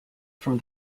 from